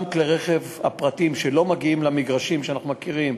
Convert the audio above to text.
שכלי הרכב הפרטיים לא מגיעים למגרשים שאנחנו מכירים,